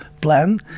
plan